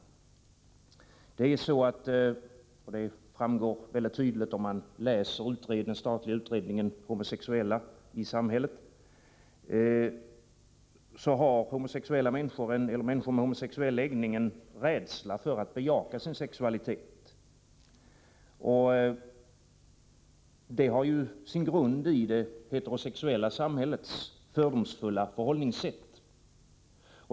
Människor med homosexuell läggning har, vilket tydligt framgår av den statliga utredningen om homosexuella i samhället, en rädsla för att bejaka sin sexualitet. Det har sin grund i det heterosexuella samhällets fördomsfulla förhållningssätt.